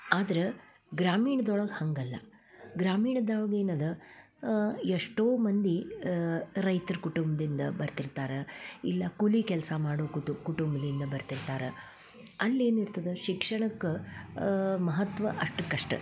ಆದ್ರೆ ಗ್ರಾಮೀಣ್ದೊಳಗ ಹಾಗಲ್ಲ ಗ್ರಾಮೀಣದವಗ ಏನದ ಎಷ್ಟೋ ಮಂದಿ ರೈತರು ಕುಟುಂಬದಿಂದ ಬರ್ತಿರ್ತಾರೆ ಇಲ್ಲ ಕೂಲಿ ಕೆಲಸ ಮಾಡೋ ಕುಟು ಕುಟುಂಬದಿಂದ ಬರ್ತಿರ್ತಾರೆ ಅಲ್ಲಿ ಏನಿರ್ತದ ಶಿಕ್ಷಣಕ್ಕೆ ಮಹತ್ವ ಅಷ್ಟಕ್ಕಷ್ಟೆ